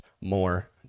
more